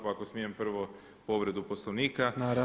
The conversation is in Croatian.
Pa ako smijem prvo povredu Poslovnika?